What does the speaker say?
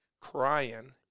crying